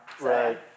Right